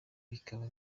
bikaba